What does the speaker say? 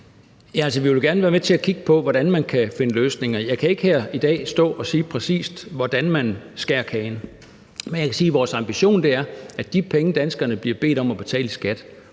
vi vil gerne være med til at kigge på, hvordan man kan finde løsninger. Jeg kan ikke her i dag stå og sige, præcis hvordan man skærer kagen, men jeg kan sige, at vores ambition er, at de penge, danskerne bliver bedt om at betale i skat